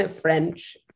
French